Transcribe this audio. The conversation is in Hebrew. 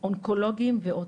אונקולוגים ועוד.